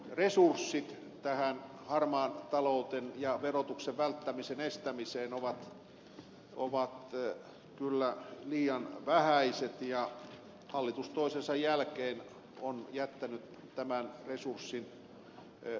resurssit harmaan talouden ja verotuksen välttämisen estämiseen ovat kyllä liian vähäiset ja hallitus toisensa jälkeen on jättänyt nämä resurssit hoitamatta